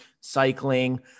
cycling